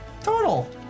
Total